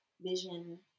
vision